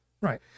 Right